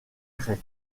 grec